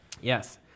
Yes